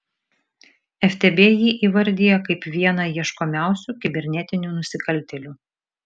ftb jį įvardija kaip vieną ieškomiausių kibernetinių nusikaltėlių